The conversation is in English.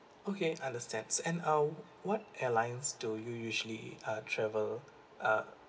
okay understand and uh what airlines do you usually uh travel uh